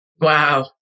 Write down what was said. Wow